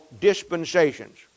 dispensations